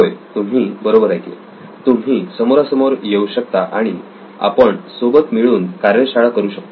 होय तुम्ही बरोबर ऐकले तुम्ही समोरासमोर येऊ शकता आणि आपण सोबत मिळून कार्यशाळा करू शकतो